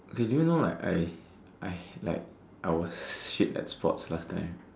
okay do you know like I I like I was shit at sports last time